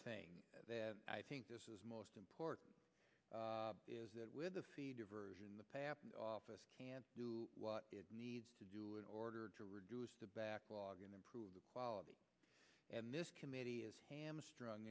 thing that i think this is most important is that with the diversion the patent office can do what it needs to do in order to reduce the backlog and improve the quality and this committee is hamstrung